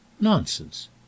Nonsense